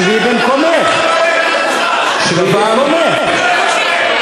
שבי במקומך, חברת הכנסת רוזין.